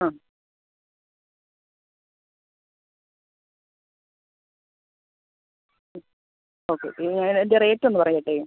ആ ഓക്കെ ഇനി ഞാൻ അതിൻ്റെ റേറ്റ് ഒന്ന് പറയട്ടെ